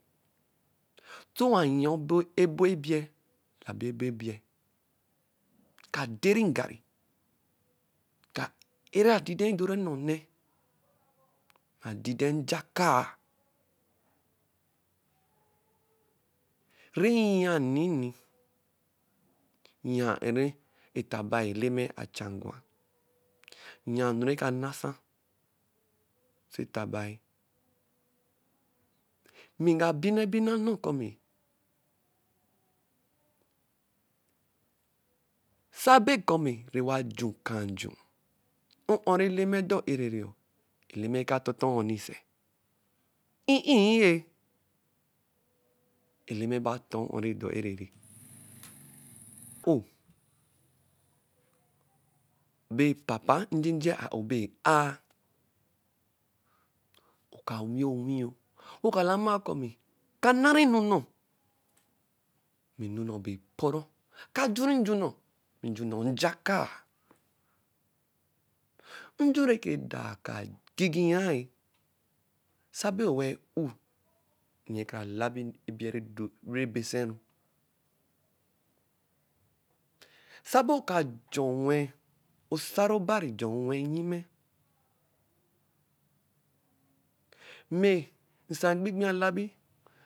Sɔ owa ya ebo ebie, labi ebo ebie, ka deri ngari, ka e-ri adidẹ dorɛ nnẹ onɛ mɛ adidɛ nje aka-a. Rɛ yia nini. yia o-o tɛ eta bai Eleme acha gwa. Yia enu rɛ kanasa ɔsɔ eta bai. Mɛgabina ebina nnɔɔ kɔmi sabɛ kɔ nɛwa ju akaa nju. o-o rɛ Eleme dɔ e-ere niɔ. Eleme kaa tɔtɔ o-oni sɛ? En en-ye. Eleme raba tɔɔ ɔ-ɔ rɛ dɔ e-ereri. A-o bɛ papa njeje a-o bɛ e-aa, oka wii onwi yo wẹ oka lama kɔ mẹ kanari enu nu bɛ ẹpɔru. ka juri nju nnɔɔ mɛ nju nnɔɔ nje aka-a. Nju rɛ dɔ aka-a gwigwia-e. Sabɛ oware u, nyɛ kara labi ebie rɛ base ru. Sabɛ a-oka ju wɛ osaro oban ju wẹ nnyimɛ. Mɛ nsa mgbigbii alabi.